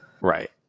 Right